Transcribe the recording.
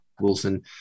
Wilson